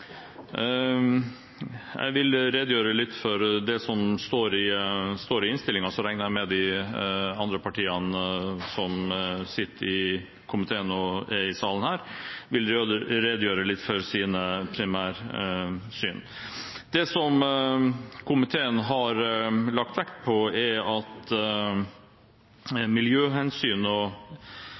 Jeg vil redegjøre litt for det som står i innstillingen, og så regner jeg med at de andre partiene som sitter i komiteen og er i salen her, vil redegjøre for sine primærsyn. Det som komiteen har lagt vekt på, er at miljøhensyn og